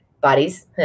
bodies